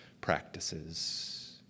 practices